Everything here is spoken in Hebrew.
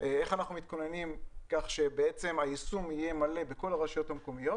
איך אנחנו מתכוננים כך שהיישום יהיה מלא בכל הרשויות המקומיות.